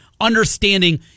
understanding